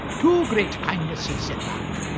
two great kindnesses in fact.